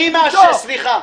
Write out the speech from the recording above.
אני מאשר, סליחה.